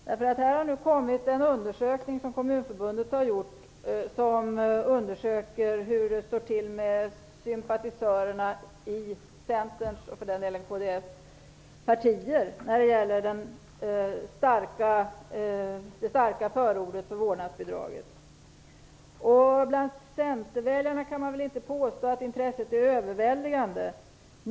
Det har framlagts en av Kommunförbundet gjord undersökning om Centerns och även kds sympatisörers inställning till det starka förordet vårdnadsbidraget. Man kan inte påstå att intresset bland centerväljarna är överväldigande.